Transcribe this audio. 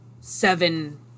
seven